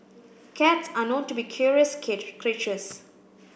cats are known to be curious creatures